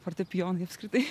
fortepijonai apskritai